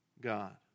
God